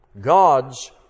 God's